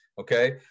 Okay